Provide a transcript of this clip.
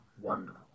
Wonderful